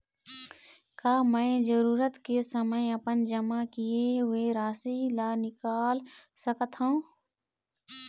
का मैं जरूरत के समय अपन जमा किए हुए राशि ला निकाल सकत हव?